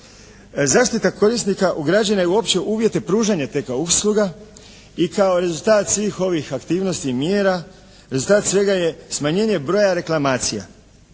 Zaštita korisnika ugrađena je u opće uvjete pružanja TK usluga i kao rezultat svih ovih aktivnosti i mjera rezultat svega je smanjenje broja reklamacija.